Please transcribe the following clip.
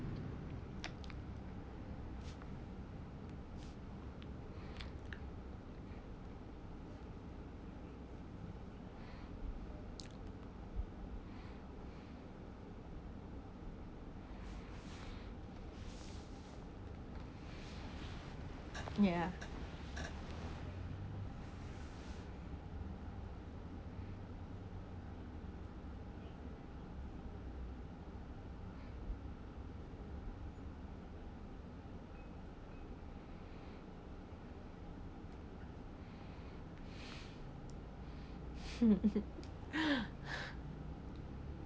ya